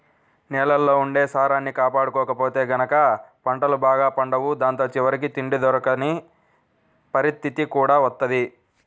నేలల్లో ఉండే సారాన్ని కాపాడకపోతే గనక పంటలు బాగా పండవు దాంతో చివరికి తిండి దొరకని పరిత్తితి కూడా వత్తది